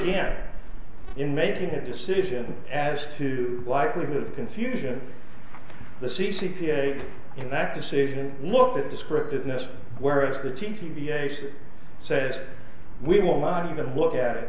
a in making a decision as to likelihood confusion the c c p ape in that decision looked at the script business whereas the t p a said we will not even look at it